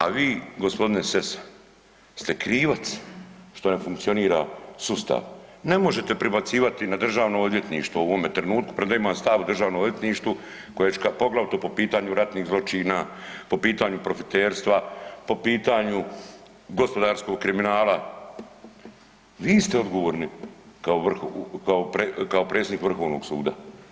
A vi gospodine Sesa ste krivac što ne funkcionira sustav, ne možete prebacivati na Državno odvjetništvo u ovome trenutku prema imam stav o Državnom odvjetništvu koje ću poglavito po pitanju ratnih zločina, po pitanju profiterstva, po pitanju gospodarskog kriminala, vi ste odgovorni kao vrh, kao predsjednik Vrhovnog suda.